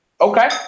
Okay